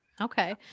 Okay